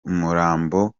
umurambo